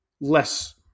less